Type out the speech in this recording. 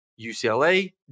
UCLA